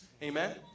Amen